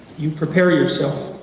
you prepare yourself